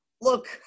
look